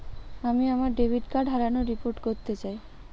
আমি আমার debit card হারানোর রিপোর্ট করতে চাই